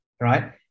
right